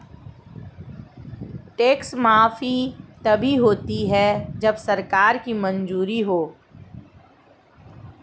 tax माफी तभी होती है जब सरकार की मंजूरी हो